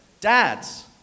Dads